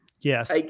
Yes